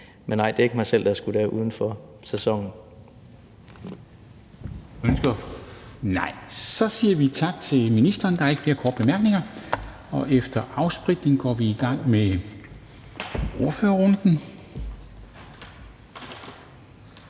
Men nej, det er ikke mig selv, der har skudt af uden for sæsonen. Kl. 10:38 Formanden (Henrik Dam Kristensen): Så siger vi tak til ministeren. Der er ikke flere korte bemærkninger. Og efter afspritning går vi i gang med ordførerrunden.